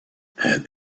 and